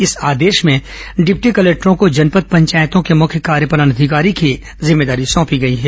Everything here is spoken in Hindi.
इस आदेश में डिप्टी कलेक्टरों को जनपद पंचायतों के मुख्य कार्यपालन अधिकारी की जिम्मेदारी सौंपी गई है